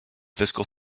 fiscal